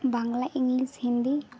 Bangla English Hindi